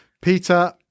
peter